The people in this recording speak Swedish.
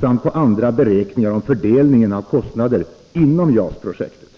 samt på andra beräkningar om fördelningen av kostnader inom JAS-projektet.